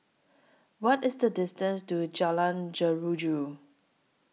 What IS The distance to Jalan Jeruju